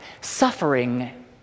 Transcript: suffering